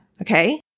Okay